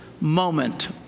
moment